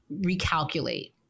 recalculate